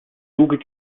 zuge